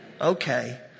Okay